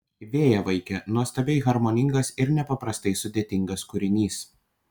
vėjavaikė nuostabiai harmoningas ir nepaprastai sudėtingas kūrinys